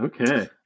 Okay